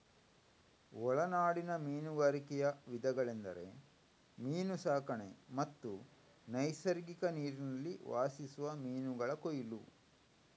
ಒಳನಾಡಿನ ಮೀನುಗಾರಿಕೆಯ ವಿಧಗಳೆಂದರೆ ಮೀನು ಸಾಕಣೆ ಮತ್ತು ನೈಸರ್ಗಿಕ ನೀರಿನಲ್ಲಿ ವಾಸಿಸುವ ಮೀನುಗಳ ಕೊಯ್ಲು